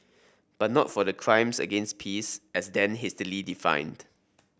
but not for crimes against peace as then hastily defined